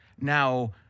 Now